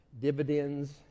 dividends